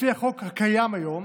לפי החוק הקיים היום